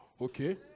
Okay